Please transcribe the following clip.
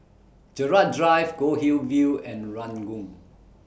Gerald Drive Goldhill View and Ranggung